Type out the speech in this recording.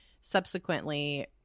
subsequently